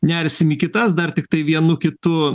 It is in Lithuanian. nersim į kitas dar tiktai vienu kitu